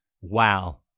Wow